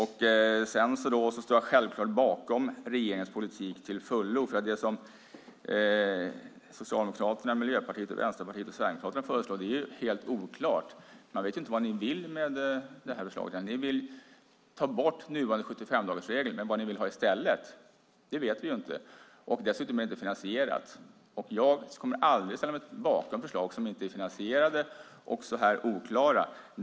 Jag står självklart bakom regeringens politik till fullo. Det som Socialdemokraterna, Miljöpartiet, Vänsterpartiet och Sverigedemokraterna föreslår är oklart. Man vet inte vad ni vill med förslaget. Ni vill ta bort nuvarande 75-dagarsregel. Men vad ni vill ha i stället vet vi inte. Dessutom är det inte finansierat. Jag kommer aldrig att ställa mig bakom förslag som är finansierade och så här oklara.